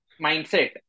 mindset